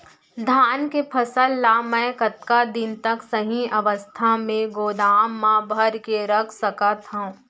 धान के फसल ला मै कतका दिन तक सही अवस्था में गोदाम मा भर के रख सकत हव?